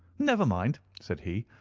never mind, said he,